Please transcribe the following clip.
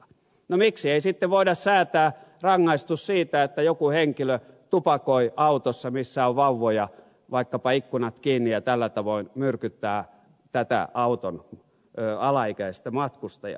no miksi ei sitten voida säätää rangaistus siitä että joku henkilö tupakoi autossa missä on vauvoja vaikkapa ikkunat kiinni ja tällä tavoin myrkyttää tätä auton alaikäistä matkustajaa